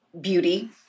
beauty